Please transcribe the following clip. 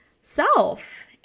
self